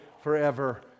forever